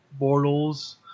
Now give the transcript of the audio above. Bortles